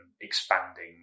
expanding